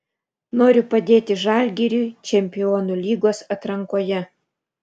noriu padėti žalgiriui čempionų lygos atrankoje